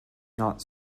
not